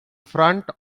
front